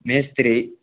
மேஸ்திரி